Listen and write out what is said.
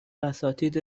اساتید